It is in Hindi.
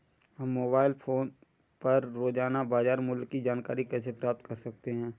हम मोबाइल फोन पर रोजाना बाजार मूल्य की जानकारी कैसे प्राप्त कर सकते हैं?